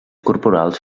corporals